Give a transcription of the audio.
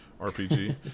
RPG